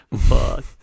fuck